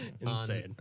Insane